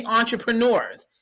entrepreneurs